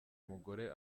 umugore